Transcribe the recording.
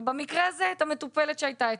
ובמקרה הזה את המטופלת שהייתה אצלו.